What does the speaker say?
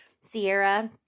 Sierra